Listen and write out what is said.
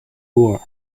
wharf